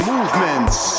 Movements